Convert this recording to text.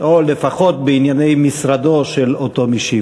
או לפחות בענייני משרדו של אותו משיב.